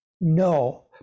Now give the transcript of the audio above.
no